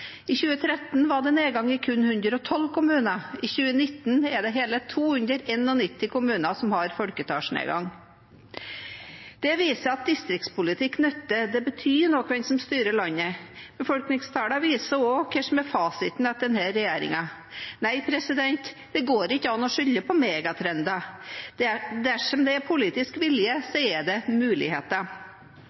I 2013 var det nedgang i kun 112 kommuner. I 2019 er det hele 291 kommuner som har folketallsnedgang. Dette viser at distriktspolitikk nytter. Det betyr noe hvem som styrer landet. Befolkningstallene viser også hva som er fasiten etter denne regjeringen. Nei, det går ikke an å skylde på megatrender. Dersom det er politisk vilje, er det muligheter.